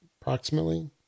approximately